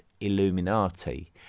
Illuminati